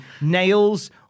Nails